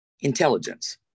intelligence